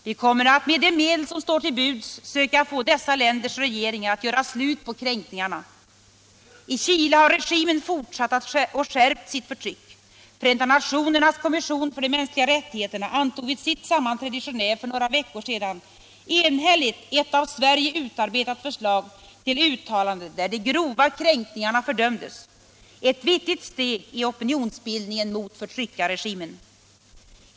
Vi kommer att med de medel som står oss till buds söka få dessa länders regeringar att göra slut på kränkningarna. I Chile har regimen fortsatt och skärpt sitt förtryck. Förenta nationernas kommission för de mänskliga rättigheterna antog vid sitt sammanträde i Genéve för några veckor sedan enhälligt ett av Sverige utarbetat förslag till uttalande där de grova kränkningarna fördömdes — ett viktigt steg i opinionsbildningen mot förtryckarregimen.